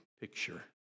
picture